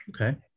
Okay